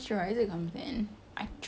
ya of course